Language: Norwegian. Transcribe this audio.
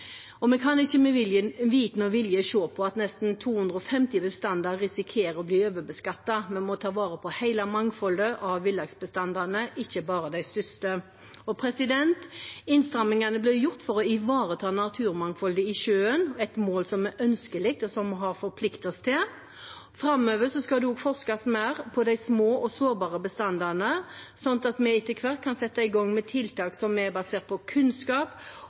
Vi kan ikke med vitende og vilje se på at nesten 250 bestander risikerer å bli overbeskattet. Vi må ta vare på hele mangfoldet av villaksbestandene, ikke bare de største. Innstrammingene ble gjort for å ivareta naturmangfoldet i sjøen, et mål som er ønskelig, og som vi har forpliktet oss til. Framover skal det også forskes mer på de små og sårbare bestandene, slik at vi etter hvert kan sette i gang med tiltak som er basert på kunnskap.